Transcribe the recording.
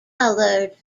colored